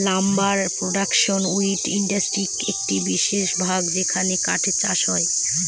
lumber production wood ইন্ডাস্ট্রির একটি বিশেষ ভাগ যেখানে কাঠের চাষ হয়